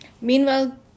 Meanwhile